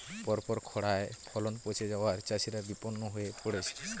পরপর খড়ায় ফলন পচে যাওয়ায় চাষিরা বিষণ্ণ হয়ে পরেছে